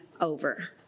over